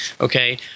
okay